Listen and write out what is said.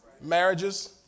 Marriages